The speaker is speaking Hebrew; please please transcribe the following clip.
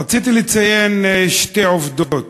רציתי לציין שתי עובדות.